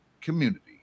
community